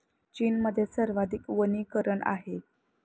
चीनमध्ये सर्वाधिक वनीकरण आहे